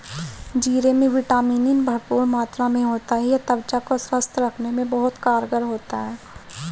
जीरे में vitamin E भरपूर मात्रा में होता है यह त्वचा को स्वस्थ रखने में बहुत कारगर होता है